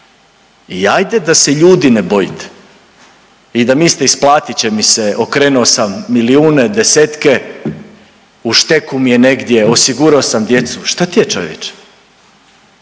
I ajde da se ljudi ne bojite i da mislite isplatit će mi se, okrenuo sam milijune, desetke, u šteku mi je negdje, osigurao sam djecu, šta ti je čovječe,